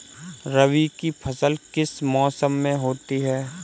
रबी की फसल किस मौसम में होती है?